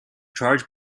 charge